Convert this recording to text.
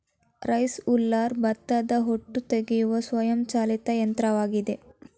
rice huller ಭತ್ತದ ಹೊಟ್ಟು ತೆಗೆಯುವ ಸ್ವಯಂ ಚಾಲಿತ ಯಂತ್ರವಾಗಿದೆ